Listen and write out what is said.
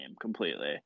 completely